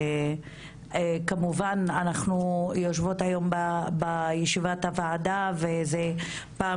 כמובן אנחנו יושבות היום בישיבת הוועדה וזו פעם